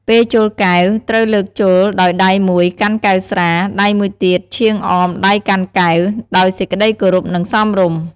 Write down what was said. ពេលជល់កែវ ត្រូវលើកជល់ដោយដៃមួយកាន់កែវស្រា ដៃមួយទៀតឈោងអមដៃកាន់កែវ ដោយសេចក្ដីគោរព និងសមរម្យ។